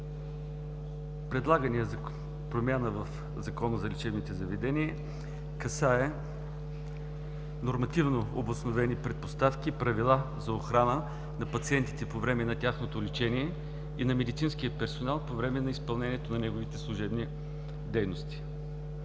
Предлаганата промяна в Закона за лечебните заведения касае нормативно обусловени предпоставки, правила за охрана на пациентите по време на тяхното лечение и на медицинския персонал по време на изпълнението на неговите служебни дейности.